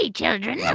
children